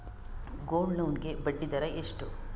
Gold loan ಗೆ ಬಡ್ಡಿ ದರ ಎಷ್ಟು?